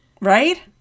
Right